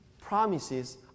promises